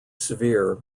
severe